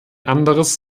anderes